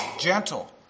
gentle